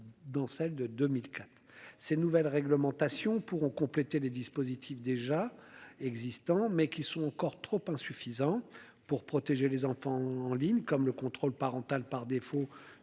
Dans celle de 2004. Ces nouvelles réglementations pourront compléter les dispositifs déjà existants, mais qui sont encore trop insuffisants pour protéger les enfants en ligne comme le contrôle parental par défaut